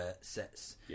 sets